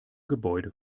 gebäude